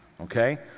Okay